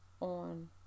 on